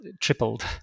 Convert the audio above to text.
tripled